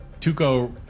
Tuco